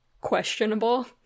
questionable